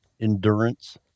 endurance